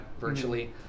virtually